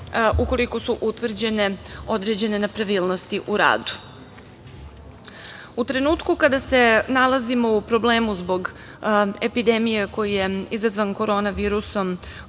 ukoliko su utvrđene određene nepravilnosti u radu.U trenutku kada se nalazimo u problemu zbog epidemije koji je izazvan Korona virusom